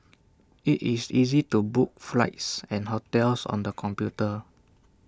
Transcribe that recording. IT is easy to book flights and hotels on the computer